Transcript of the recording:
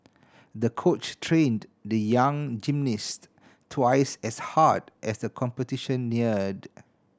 the coach trained the young gymnast twice as hard as the competition neared